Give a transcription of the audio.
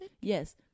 Yes